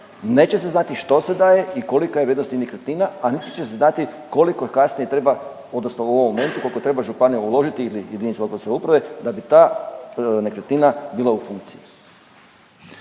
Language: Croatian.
neće se znati što se daje i kolika je vrijednost tih nekretnina, a niti će se znati koliko kasnije treba odnosno u ovom momentu koliko treba županija uložili ili jedinica lokalne samouprave da bi ta nekretnina bila u funkciji.